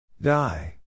Die